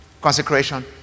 Consecration